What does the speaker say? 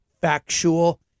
factual